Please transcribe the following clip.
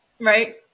Right